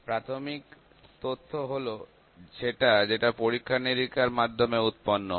প্রাথমিক তথ্য হলো সেটা যেটা পরীক্ষা নিরীক্ষার মাধ্যমে উৎপন্ন হয়